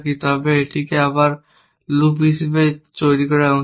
তবে এটিকে আবার লুপ হিসাবে তৈরি করা উচিত